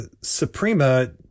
Suprema